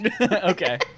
Okay